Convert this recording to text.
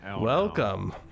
Welcome